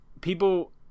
people